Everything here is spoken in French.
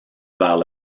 vers